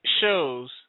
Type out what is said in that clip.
shows